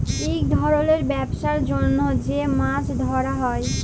ইক ধরলের ব্যবসার জ্যনহ যে মাছ ধ্যরা হ্যয়